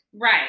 Right